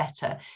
better